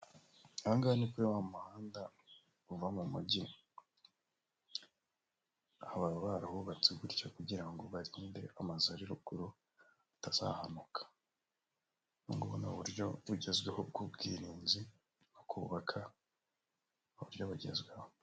Aha ngaha ni kuri wa muhanda uva mu mujyi, aha baba barahubatse gutyo kugira ngo baririnde amazu ari ruguru atazahanuka. Ubu ngubu ni uburyo bugezweho bw'ubwirinzi, bwo kubaka mu buryo bugezweho.